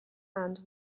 and